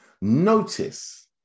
Notice